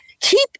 keep